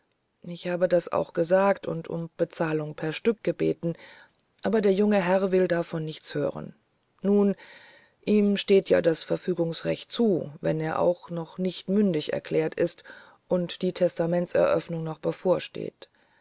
ich habe das auch gesagt und um bezahlung per stück gebeten aber der junge herr will davon nichts hören nun ihm steht ja das verfügungsrecht zu wenn er auch noch nicht mündig erklärt ist und die testamentseröffnung noch bevorsteht